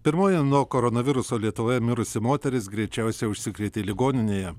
pirmoji nuo koronaviruso lietuvoje mirusi moteris greičiausia užsikrėtė ligoninėje